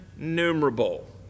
innumerable